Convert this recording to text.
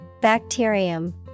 Bacterium